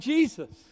Jesus